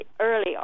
early